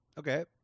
Okay